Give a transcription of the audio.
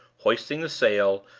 hoisting the sail,